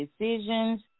decisions